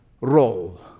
role